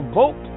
vote